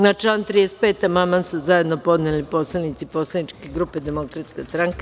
Na član 35. amandman su zajedno podneli poslanici Poslaničke grupe Demokratska stranka.